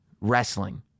wrestling